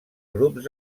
grups